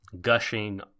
gushing